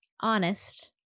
honest